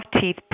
teeth